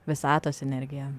visatos energija